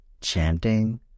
chanting